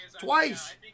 Twice